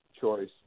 choice